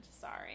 sorry